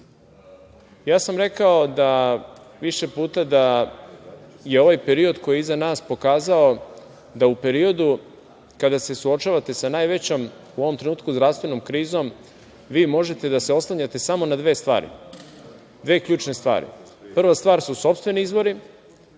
ja sam rekao više puta da je ovaj period, koji je iza nas, pokazao da u periodu kada se suočavate sa najvećom u ovom trenutku zdravstvenom krizom, vi možete da se oslanjate samo na dve stvari. Prva stvar su sopstveni izvori,